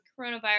coronavirus